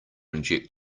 inject